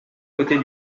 côtés